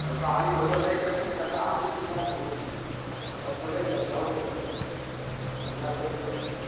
माँसाहारी भोजन नहि करबै तऽ साकाहारीमे जएह होयत हम सभ लबै तब कहबै तब याद पारि दैतहुॅं